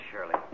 Shirley